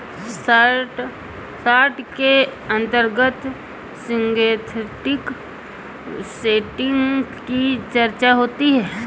short के अंतर्गत synthetic setting की चर्चा होती है